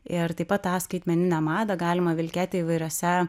ir taip pat tą skaitmeninę madą galima vilkėti įvairiose